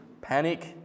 panic